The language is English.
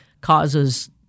causes